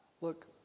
Look